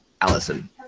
Allison